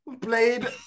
played